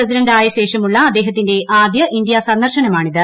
president ആയ ശേഷമുള്ള അദ്ദേഹത്തിന്റെ ആദ്യ ഇന്ത്യൻ സന്ദർശനമാണിത്